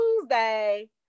Tuesday